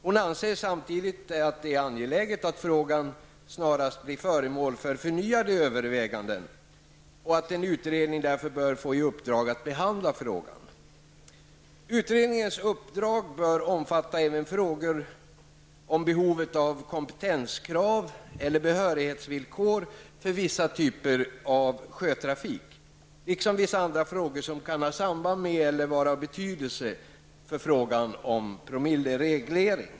Hon anser det samtidigt angeläget att frågan snarast blir föremål för förnyade överväganden och att en utredning därför bör få i uppdrag att behandla frågan. Utrednignens uppdrag bör omfatta även frågor om behovet av kompetenskrav eller behörighetsvillkor för vissa typer av sjötrafik liksom vissa andra frågor som kan ha samband med, eller vara av betydelse för, frågan om promilleregler.